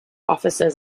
offices